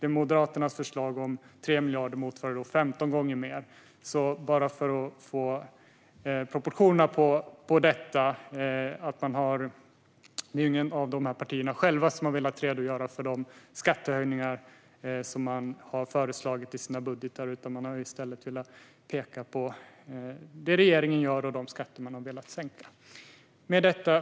Moderaternas förslag på 3 miljarder motsvarar 15 gånger mer. Jag adresserar detta för att vi ska se proportionerna. Inget av dessa partier har självt velat redogöra för de skattehöjningar som de har föreslagit i sina budgetar, utan de har i stället velat peka på det regeringen gör och de skatter de har velat sänka. Fru talman!